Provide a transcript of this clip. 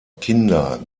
kinder